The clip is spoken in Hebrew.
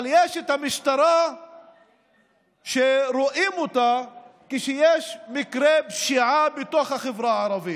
אבל יש את המשטרה שרואים כשיש מקרה פשיעה בתוך החברה הערבית,